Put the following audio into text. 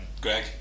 Greg